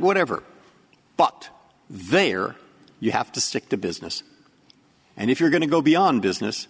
whatever but they are you have to stick to business and if you're going to go beyond business